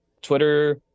Twitter